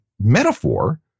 metaphor